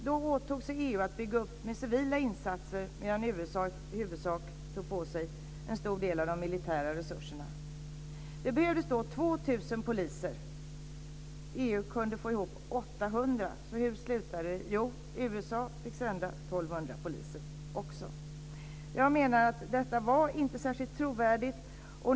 Då åtog sig EU att bygga upp med hjälp av civila insatser medan USA i huvudsak tog på sig en stor del av de militära resurserna. Det behövdes då 2 000 poliser. EU kunde få ihop 800. Hur slutade det? Jo, USA fick sända 1 200 poliser också. Jag menar att detta inte var särskilt trovärdigt.